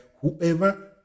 whoever